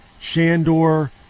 Shandor